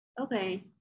Okay